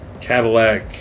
Cadillac